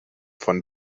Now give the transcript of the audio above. von